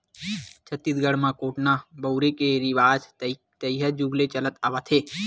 छत्तीसगढ़ म कोटना बउरे के रिवाज तइहा जुग ले चले आवत हे